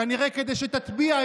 כנראה כדי שתטביע,